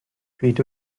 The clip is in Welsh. pryd